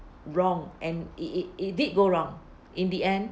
wrong and it it it did go wrong in the end